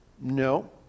No